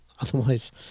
Otherwise